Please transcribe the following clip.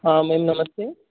हाँ मैम नमस्ते